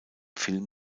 film